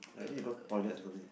like I need to go toilet something